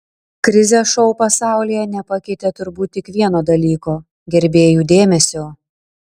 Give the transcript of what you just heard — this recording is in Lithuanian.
krizė šou pasaulyje nepakeitė turbūt tik vieno dalyko gerbėjų dėmesio